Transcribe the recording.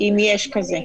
אם יש כזה?